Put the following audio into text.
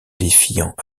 défiant